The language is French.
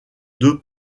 deux